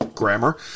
Grammar